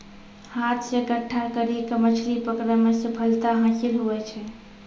हाथ से इकट्ठा करी के मछली पकड़ै मे सफलता हासिल हुवै छै